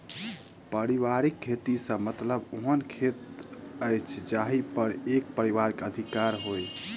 पारिवारिक खेत सॅ मतलब ओहन खेत अछि जाहि पर एक परिवारक अधिकार होय